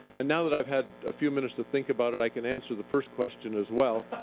and now that i've had a few minutes to think about it, i can answer the first question, as well.